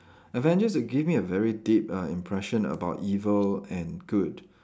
Avengers give me a very deep uh impression about evil and good